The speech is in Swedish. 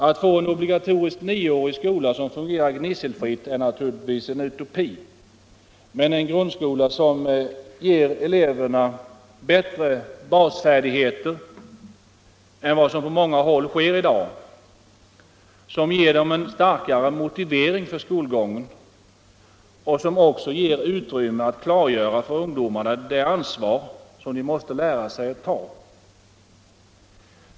Att få en obligatorisk nioårig skola som fungerar gnisselfritt är naturligtvis en utopi, men det borde vara möjligt att åstadkomma en grundskola som ger eleverna bättre basfärdigheter än vad som på många håll sker i dag, som ger dem en starkare motivering för skolgången och som också ger utrymme att klargöra för ungdomarna det ansvar som de måste lära sig ta.